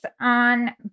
on